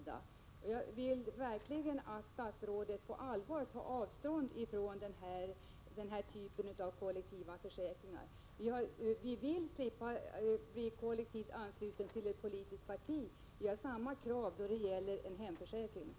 Jag vill verkligen att statsrådet på allvar tar avstånd från den här typen av kollektiva försäkringar. Vi vill slippa bli kollektivt anslutna till ett politiskt parti — vi har samma krav då det gäller hemförsäkringar!